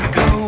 go